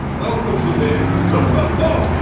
welcome to the oh!